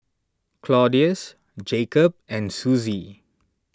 Claudius Jakob and Suzie